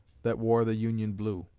that wore the union blue.